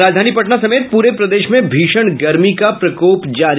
और राजधानी पटना समेत पूरे प्रदेश में भीषण गर्मी का प्रकोप जारी